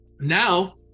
Now